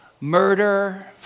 murder